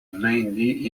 mainly